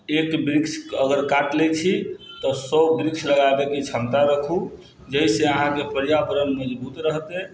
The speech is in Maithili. एक वृक्ष अगर काटि लै छी तऽ सओ वृक्ष लगाबैके क्षमता राखू जाहिसँ अहाँके पर्यावरण मजबूत रहतै